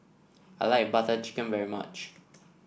I like Butter Chicken very much